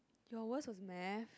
your worst was math